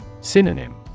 Synonym